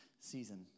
season